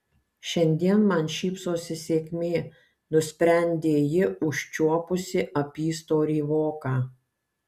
šiandien man šypsosi sėkmė nusprendė ji užčiuopusi apystorį voką